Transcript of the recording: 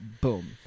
Boom